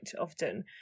often